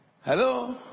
hello